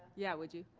yeah, would you?